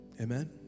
Amen